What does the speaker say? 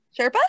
Sherpa